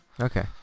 Okay